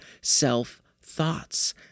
self-thoughts